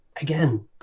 again